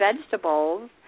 vegetables